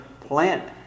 plant